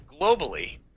globally